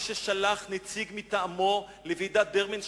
מי ששלח נציג מטעמו לוועידת דרבן,